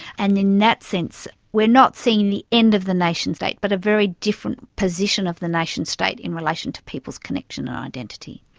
and in that sense we are not seeing the end of the nationstate but a very different position of the nationstate in relation to people's connection and identity.